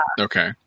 okay